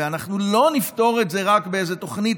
ואנחנו לא נפתור את זה רק באיזה תוכנית